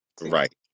right